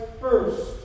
first